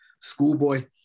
Schoolboy